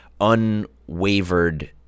unwavered